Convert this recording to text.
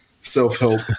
self-help